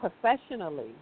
professionally